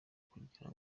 kugira